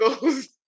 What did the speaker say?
goes